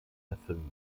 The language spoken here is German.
erfüllen